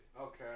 Okay